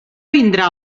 vindrà